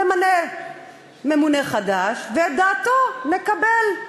נמנה ממונה חדש ואת דעתו נקבל.